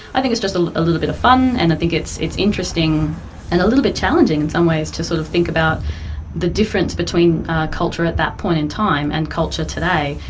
i think it's just ah a little bit of fun and i think it's it's interesting and a little bit challenging in some ways to sort of think about the difference between culture at that point in time and culture today,